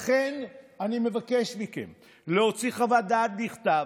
לכן אני מבקש מכם להוציא חוות דעת בכתב.